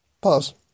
Pause